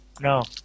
no